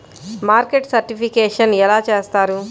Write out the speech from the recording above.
Market certification ఎలా చేస్తారు?